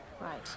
Right